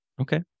Okay